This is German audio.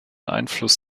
einfluss